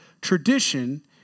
tradition